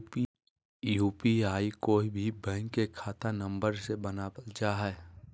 UPI कोय भी bank के खाता नंबर से बनावल जा हइ